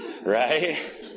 Right